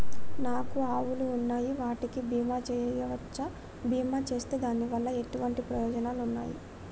నాకు ఆవులు ఉన్నాయి వాటికి బీమా చెయ్యవచ్చా? బీమా చేస్తే దాని వల్ల ఎటువంటి ప్రయోజనాలు ఉన్నాయి?